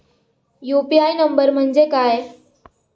UPI number म्हणजे काय?